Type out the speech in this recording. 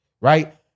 Right